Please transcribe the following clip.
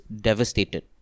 devastated